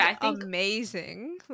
amazing